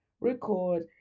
record